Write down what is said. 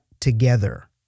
together